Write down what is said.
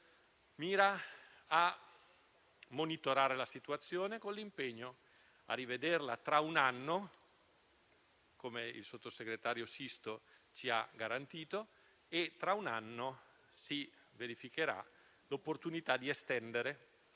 mira a monitorare la situazione con l'impegno di rivederla tra un anno, come il sottosegretario Sisto ci ha garantito, per verificare l'opportunità di estendere